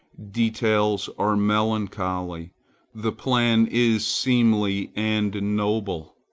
details are melancholy the plan is seemly and noble.